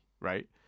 right